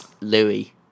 louis